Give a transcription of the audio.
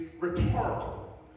rhetorical